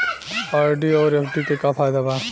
RD आउर FD के का फायदा बा?